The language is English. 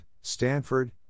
Stanford